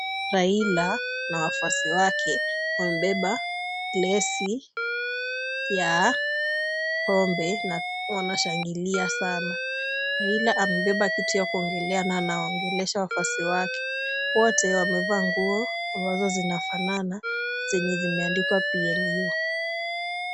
Raila na wafuasi wake, wamebeba glesi ya pombe na wanashangilia sana. Raila amebeba kitu ya kuongelea na anaongelesha wafuasi wake. Wote wamevaa nguo ambazo zinafanana zenye zimeandikwa PNU.